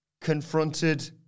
confronted